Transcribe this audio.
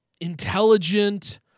intelligent